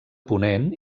ponent